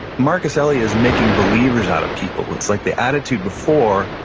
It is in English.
marcus elliot is making believers out of people. it's like the attitude before,